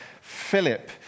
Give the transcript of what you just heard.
Philip